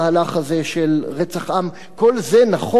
כל זה נכון,